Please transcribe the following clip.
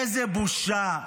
איזו בושה.